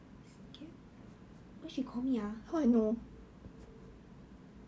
okay then um then you tell her what